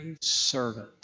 servant